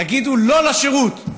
תגידו לא לשירות.